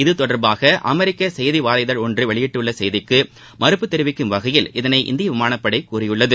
இது தொடர்பாக அமெரிக்க செய்தி வார இதழ் ஒன்று வெளியிட்டுள்ள செய்திக்கு மறுப்பு தெரிவிக்கும் வகையில் இதனை இந்திய விமானப்படை கூறியுள்ளது